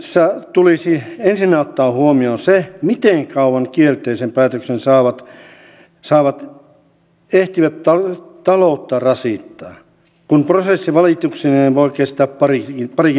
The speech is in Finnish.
laskelmissa tulisi ensinnä ottaa huomioon se miten kauan kielteisen päätöksen saavat ehtivät taloutta rasittaa kun prosessi valituksineen voi kestää parikin vuotta